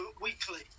weekly